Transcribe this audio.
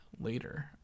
later